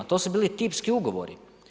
To su bili tipski ugovori.